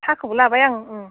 साहाखौबो लाबाय आं